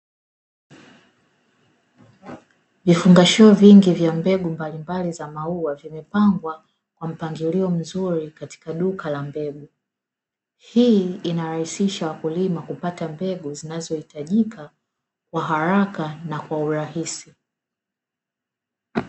Vifungashio vingi vya mbegu mbalimbali za maua, vimepangwa kwa mpangilio mzuri katika duka la mbegu. Hii inarahisisha wakulima kupata mbegu zinazohitajika kwa haraka na kwa urahisi.